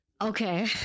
Okay